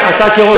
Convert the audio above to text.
הכסף, אתה,